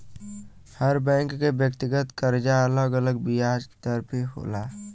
हर bank के व्यक्तिगत करजा अलग अलग बियाज दर पे होला